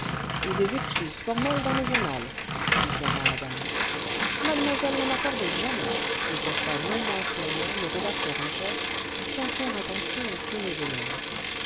ou des excuses formelles dans le journal dit fièrement la dame mademoiselle n'en accorde jamais riposta non moins fièrement le rédacteur en chef sans faire attention aux signes d'hélène